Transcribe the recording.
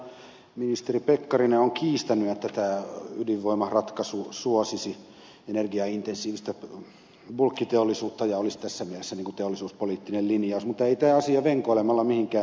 tänä iltana ministeri pekkarinen on kiistänyt että tämä ydinvoimaratkaisu suosisi energiaintensiivistä bulkkiteollisuutta ja olisi tässä mielessä teollisuuspoliittinen linjaus mutta ei tämä asia venkoilemalla mihinkään muutu